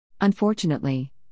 Unfortunately